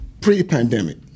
pre-pandemic